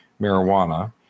marijuana